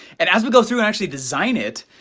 and as we go through and actually design it,